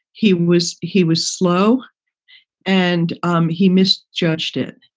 he was he was slow and um he misjudged it.